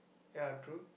ya true